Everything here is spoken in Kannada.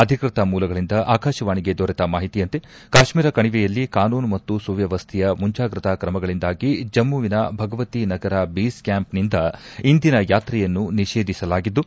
ಅಧಿಕೃತ ಮೂಲಗಳಿಂದ ಆಕಾಶವಾಣಿಗೆ ದೊರೆತ ಮಾಹಿತಿಯಂತೆ ಕಾಶ್ಮೀರ ಕಣಿವೆಯಲ್ಲಿ ಕಾನೂನು ಮತ್ತು ಸುವ್ಯವಸ್ಥೆಯ ಮುಂಚಾಗ್ರತಾ ಕ್ರಮಗಳಿಂದಾಗಿ ಜಮ್ಮವಿನ ಭಗವತಿನಗರ ಬೇಸ್ ಕ್ಯಾಂಪ್ನಿಂದ ಇಂದಿನ ಯಾತ್ರೆಯನ್ನು ನಿಷೇಧಿಸಲಾಗಿದ್ದು